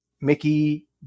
Mickey